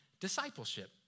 discipleship